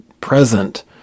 present